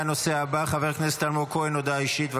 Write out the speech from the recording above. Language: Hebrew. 40 בעד, 28 נגד, אין נמנעים.